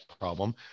problem